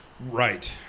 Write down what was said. right